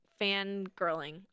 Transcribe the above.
fangirling